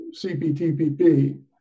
CPTPP